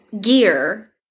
gear